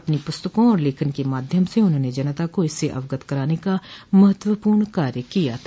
अपनी प्रस्तकों और लेखन के माध्यम से उन्होंने जनता को इससे अवगत कराने का महत्वपूर्ण कार्य किया था